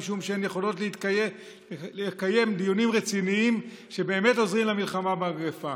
משום שהן יכולות לקיים דיונים רציניים שבאמת עוזרים למלחמה במגפה.